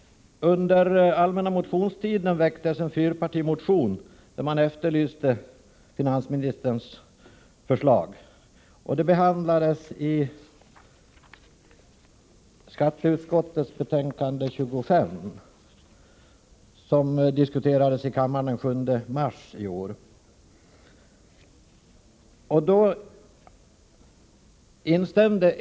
Under den allmänna motionstiden väcktes en fyrpartimotion, där man efterlyste finansministerns förslag. Den behandlades i skatteutskottets betänkande 25, som diskuterades i kammaren den 7 mars i år.